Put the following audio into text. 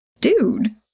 dude